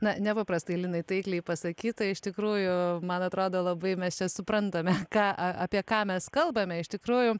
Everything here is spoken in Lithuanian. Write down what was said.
na nepaprastai linai taikliai pasakyta iš tikrųjų man atrodo labai mes čia suprantame ką apie ką mes kalbame iš tikrųjų